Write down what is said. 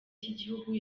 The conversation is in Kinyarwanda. cy’igihugu